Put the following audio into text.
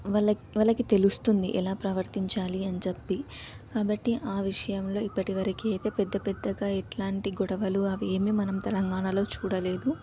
వాళ్ళకి వాళ్ళకి తెలుస్తుంది ఎలా ప్రవర్తించాలి అని చెప్పి కాబట్టి ఆ విషయంలో ఇప్పటి వరకు అయితే పెద్ద పెద్దగా ఎట్లాంటి గొడవలు అవేమి మనం తెలంగాణాలో చూడలేదు